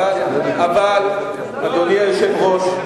אדוני היושב-ראש,